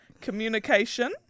communication